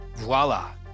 voila